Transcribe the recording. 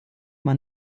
man